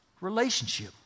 relationship